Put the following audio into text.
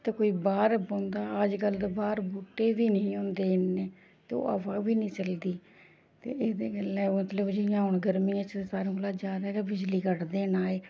ते कोई बाह्र बौंह्दा अज्जकल ते बाह्र बूह्टे बी नेईं होंदे इन्ने ते ओह् हवा बी नी चलदी ते एह्दे कन्नै मतलब जियां हून गर्मियें च सारें कोलां ज्यादा गै बिजली कटदे न एह्